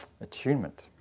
attunement